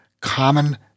common